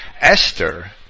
Esther